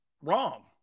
wrong